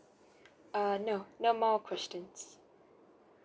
err no no more questions